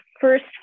first